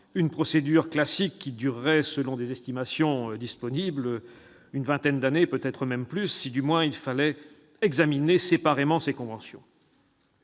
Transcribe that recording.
une procédure classique, qui durerait, selon les estimations disponibles, au moins une vingtaine d'années, si du moins il fallait examiner séparément ces conventions.